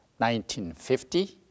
1950